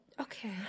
Okay